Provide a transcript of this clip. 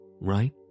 right